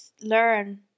learn